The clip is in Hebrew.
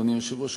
אדוני היושב-ראש,